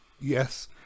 yes